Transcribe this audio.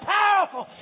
powerful